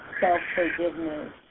self-forgiveness